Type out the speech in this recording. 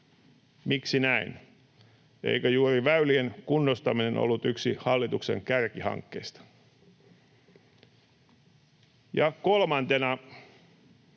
Miksi näin? Eikö juuri väylien kunnostaminen ollut yksi hallituksen kärkihankkeista? Ja kolmanneksi: